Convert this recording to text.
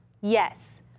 Yes